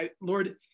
Lord